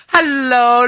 Hello